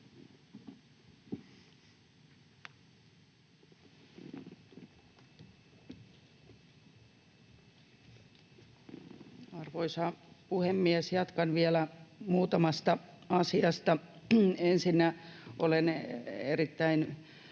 Arvoisa puhemies! Jatkan vielä muutamasta asiasta. Ensinnä olen erittäin